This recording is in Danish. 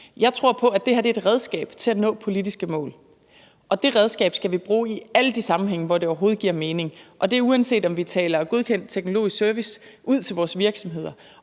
Jeg tror på, det her er et redskab til at nå de politiske mål. Det redskab skal vi bruge i alle de sammenhænge, hvor det overhovedet giver mening. Det er, uanset om vi taler godkendt teknologisk service til vores virksomheder,